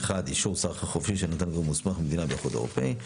אישור סחר חופשי שנתן גורם מוסמך במדינה באיחוד האירופי,